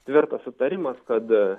tvirtas sutarimas kad